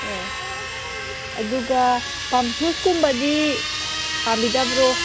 ꯑꯣ ꯑꯗꯨꯒ ꯄꯝ ꯁꯨꯁꯀꯨꯝꯕꯗꯤ ꯄꯥꯝꯕꯤꯗꯕꯔꯣ